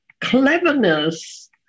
cleverness